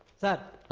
that